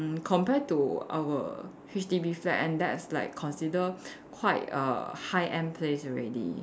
compared to our H_D_B flat and that's like consider quite a high end place already